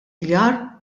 djar